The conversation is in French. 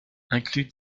incluent